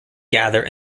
gather